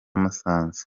musanze